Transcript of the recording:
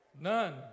None